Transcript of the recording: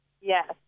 Yes